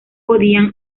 podían